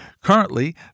Currently